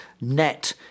net